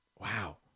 Wow